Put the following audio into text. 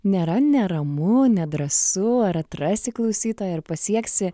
nėra neramu nedrąsu ar atrasi klausytoją ar pasieksi